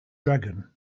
dragon